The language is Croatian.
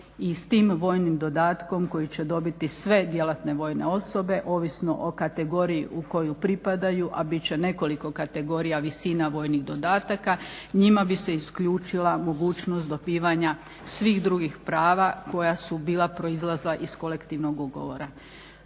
i s tim vojnim dodatkom koje će dobiti sve djelatne vojne osobe ovisno o kategoriji u koju pripadaju a bit će nekoliko kategorija visina vojnih dodataka njima bi se isključila mogućnost dobivanja svih drugih prava koja su bila proizlazila iz kolektivnog ugovora.